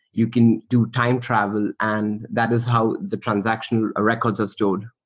you can do time travel, and that is how the transactional records are stored.